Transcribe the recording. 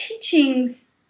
teachings